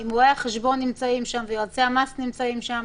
אם רואי החשבון ויועצי המס נמצאים שם,